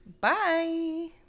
Bye